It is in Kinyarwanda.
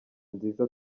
nziza